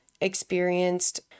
experienced